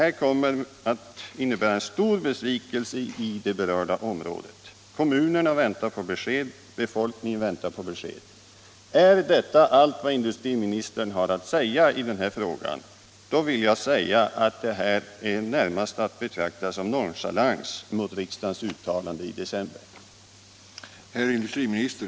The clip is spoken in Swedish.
Svaret kommer att innebära en stor besvikelse i det berörda området. Kommunerna väntar på besked. Befolkningen väntar på besked. Om detta är allt industriministern har att säga i den här frågan, då vill jag säga att det närmast är att betrakta som nonchalans mot riksdagens uttalande i december.